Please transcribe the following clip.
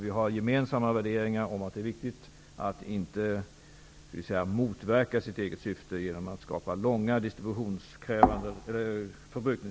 Vi har gemensamma värderingar om att det är viktigt att inte motverka det egna syftet genom att skapa långa resvägar som kräver hög förbrukning.